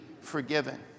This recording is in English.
forgiven